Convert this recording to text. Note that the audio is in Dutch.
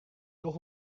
nog